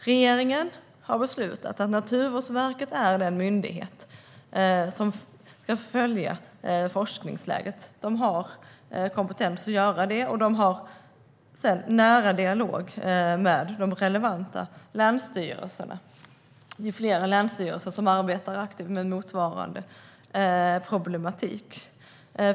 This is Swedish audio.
Regeringen har beslutat att Naturvårdsverket är den myndighet som ska följa forskningsläget. De har kompetens att göra det, och de har en nära dialog med de relevanta länsstyrelserna. Det är ju flera länsstyrelser som arbetar aktivt med motsvarande problematik.